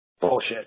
bullshit